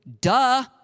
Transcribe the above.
Duh